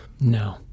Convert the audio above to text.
No